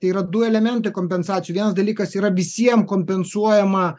tai yra du elementai kompensacijų vienas dalykas yra visiem kompensuojama